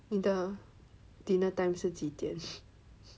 你的 dinner time 是几点